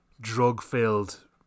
drug-filled